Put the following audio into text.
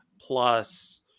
plus